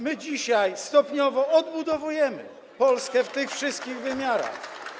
My dzisiaj stopniowo odbudowujemy Polskę w tych wszystkich wymiarach.